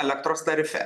elektros tarife